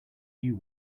you